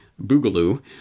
boogaloo